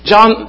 John